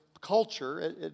culture